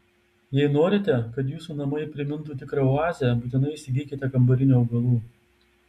jei norite kad jūsų namai primintų tikrą oazę būtinai įsigykite kambarinių augalų